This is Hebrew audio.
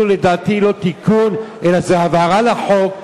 לדעתי זה אפילו לא תיקון אלא הבהרה לחוק,